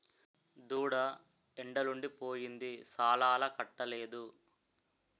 దూడ ఎండలుండి పోయింది సాలాలకట్టలేదు